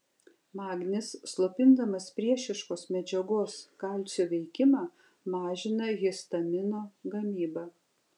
magnis slopindamas priešiškos medžiagos kalcio veikimą mažina histamino gamybą